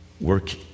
work